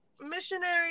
missionary